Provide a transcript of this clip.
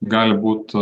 gali būt